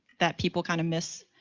that people kind of miss.